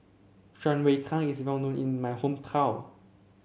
Shan Rui Tang is well known in my hometown